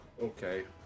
Okay